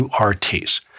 URTs